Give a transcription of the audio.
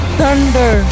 thunder